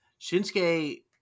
Shinsuke